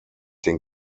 den